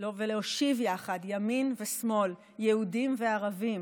ולהושיב יחד ימין ושמאל, יהודים וערבים.